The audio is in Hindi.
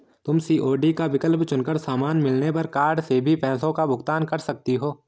तुम सी.ओ.डी का विकल्प चुन कर सामान मिलने पर कार्ड से भी पैसों का भुगतान कर सकती हो